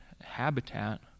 habitat